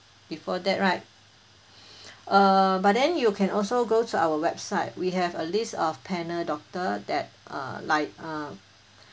before that right uh but then you can also go to our website we have a list of panel doctor that uh like uh